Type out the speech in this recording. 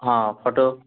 ହଁ ଫଟୋ